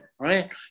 Right